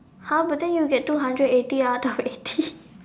!huh! but then you get two hundred eighty out of eighty